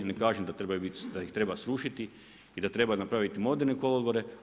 Ne kažem da trebaju bit, da ih treba srušiti i da treba napraviti moderne kolodvore.